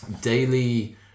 daily